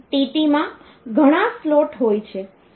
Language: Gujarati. Tt માં ઘણા સ્લોટ હોય છે